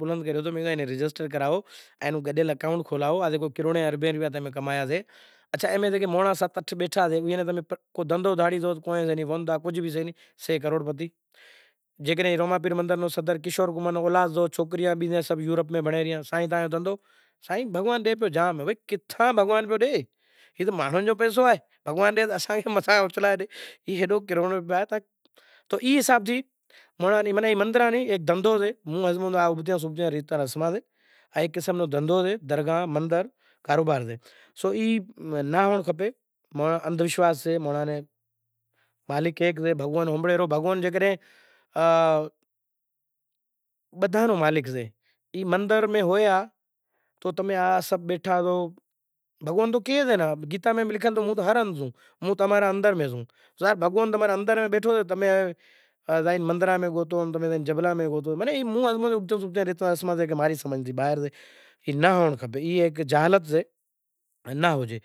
وری امیں تیل ہنڑو وری گوار راکھے چنگی طرح ہلائے کھادھو۔ ای گرمی رو فصل سئے مطلب وری بھینڈیوں، بھینڈیوں ای شئے کی شروع میں پہری تیل پکو کرو، تیل پکو کری وڑے لانڑ رو داگ ہنڑو، داگ ہنڑے وڑے بھینڈیوں وڈھی راکھسو پسے انے تیار کرے پسے وڑے روٹلاں رو پروگرام کریوں، روٹلاں رو پروگرام ای سئہ کہ پہری پانڑی، میٹھ لونڑ ترن چیزیں ملایوں، ترن چیزیں ملائے پسے کلاڑی راکھے پسے روٹلا گھڑوا شی ٹھیک اے ناں، روٹلا گھڑاوے پسے وڑی ای امیں کھاتا۔ ای گرمیاں رو شے، سیاراں روں سے مٹر، مٹر ای سئے کہ مٹر پھولے شاگ وگیرا کروں جیکو ای شئے، انیں بیزو سئے سیمپلی، سیمپلی مطلب والور، ای بھی سیاراں رو ایٹم سی ایئے ناں جیووں بھینڈیوں رو شاگ کرے ایوا نمونے تے ایئاں رو شاگ کریوں زائیشے، ٹھیک اے، ایئں ناں علاوا بیزی وات ای سئے کہ سبزی جیکو سئے سیاراں ری سئے، متھی دہانڑا، پھودنو وگیرا متھے ہنڑے، شوں ایئے ماہ ذائقو تھاشئے۔